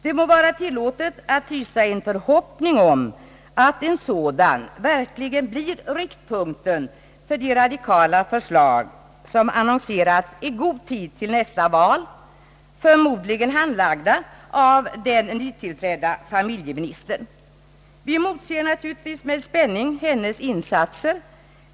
Det må vara tilllåtet att hysa en förhoppning om att en sådan samlad målsättning verkligen blir riktpunkten för de radikala förslag som annonserats i god tid till nästa val, förmodligen handlagda av den nytillträdda familjeministern. Vi motser natur ligtvis med spänning hennes insatser.